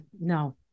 no